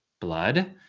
blood